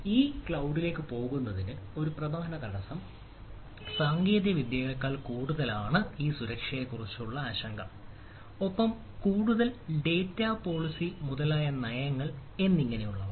ഈ ക്ലൌഡിലേക്ക് പോകുന്നതിന് ഒരു പ്രധാന തടസ്സം സാങ്കേതികവിദ്യയേക്കാൾ കൂടുതലാണ് സുരക്ഷയെക്കുറിച്ചുള്ള ഈ ആശങ്ക ഒപ്പം കൂടുതൽ ഡാറ്റാ പോളിസി മുതലായ നയങ്ങൾ എന്നിങ്ങനെയുള്ളവ